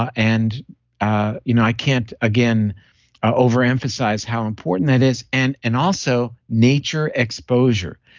ah and ah you know i can't again overemphasize how important that is, and and also nature exposure.